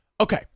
Okay